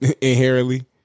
inherently